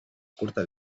curta